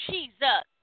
Jesus